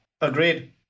Agreed